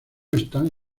están